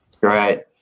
Right